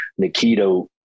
Nikito